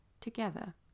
together